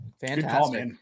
fantastic